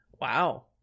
wow